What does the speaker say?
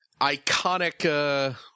iconic